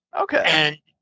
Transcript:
Okay